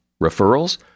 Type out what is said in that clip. Referrals